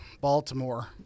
Baltimore